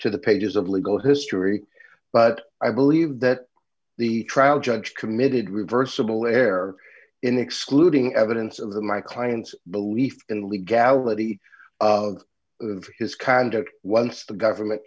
to the pages of legal history but i believe that the trial judge committed reversible error in excluding evidence of the my client's belief in legality of his conduct once the government